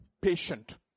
patient